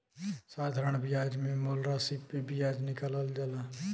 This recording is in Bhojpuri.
साधारण बियाज मे मूल रासी पे बियाज निकालल जाला